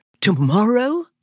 Tomorrow